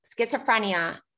schizophrenia